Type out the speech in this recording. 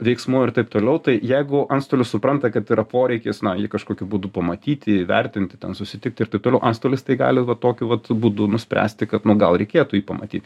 veiksmų ir taip toliau tai jeigu antstolis supranta kad yra poreikis na jį kažkokiu būdu pamatyti įvertinti ten susitikti ir taip toliau antstolis tai gali va tokiu vat būdu nuspręsti kad nu gal reikėtų jį pamatyt